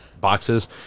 boxes